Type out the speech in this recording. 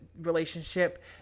relationship